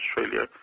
Australia